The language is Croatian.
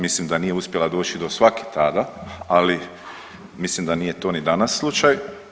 Mislim da nije uspjela doći do svake tada, ali mislim da nije to ni danas slučaj.